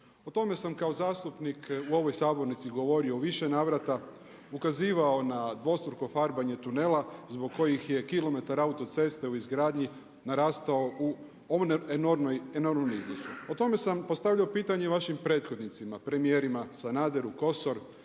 O tome sam kao zastupnik u ovoj sabornici govorio u više navrata, ukazivao na dvostruko farbanje tunela zbog kojih je kilometar autoceste u izgradnji narastao u enormnom iznosu. O tome sam postavljao pitanje i vašim prethodnicima, premijerima Sanaderu, Kosor,